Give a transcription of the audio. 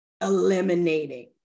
eliminating